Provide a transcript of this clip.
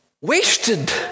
wasted